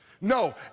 No